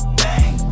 bang